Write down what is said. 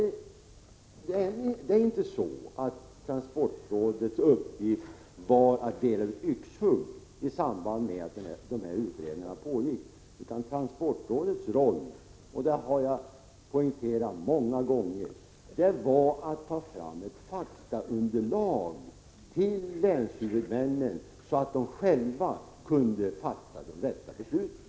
Det var inte transportrådets uppgift att dela ut yxhugg i samband med att utredningarna pågick. Transportrådets roll, det har jag poängterat många gånger, var att ta fram ett faktaunderlag till länshuvudmännen, så att dessa själva kunde fatta de rätta besluten.